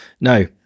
No